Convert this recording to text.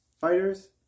fighters